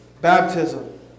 baptism